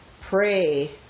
Pray